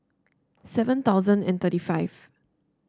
seven thousand and thirty five